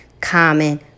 common